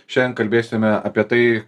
šiandien kalbėsime apie tai